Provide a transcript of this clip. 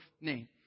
name